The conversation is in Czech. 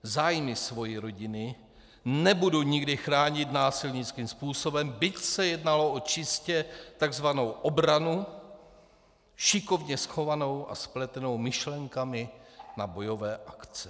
Zájmy své rodiny nebudu nikdy chránit násilnickým způsobem, byť se jednalo o čistě tzv. obranu šikovně schovanou a spletenou myšlenkami na bojové akce.